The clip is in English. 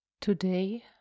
Today